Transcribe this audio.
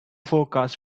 forecast